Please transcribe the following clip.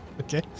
Okay